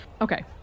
Okay